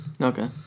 Okay